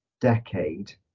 decade